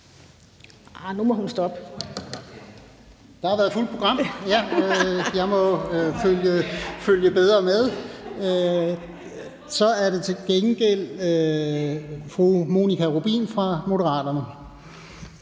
Nej, det er det ikke. Jeg må jo følge bedre med. Så er det til gengæld fru Monika Rubin fra Moderaterne.